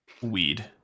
weed